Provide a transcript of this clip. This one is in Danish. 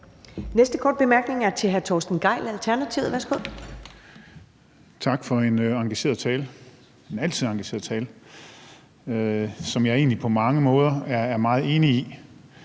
Næste korte bemærkning er til hr. Torsten Gejl, Alternativet. Værsgo. Kl. 20:29 Torsten Gejl (ALT): Tak for en engageret tale – en altid engageret tale – som jeg egentlig på mange måder er meget enig i,